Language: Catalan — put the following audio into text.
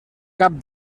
cap